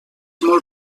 molt